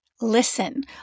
listen